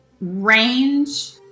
range